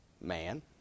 Man